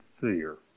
fear